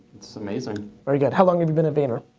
it's amazing. very good, how long have you been at vayner?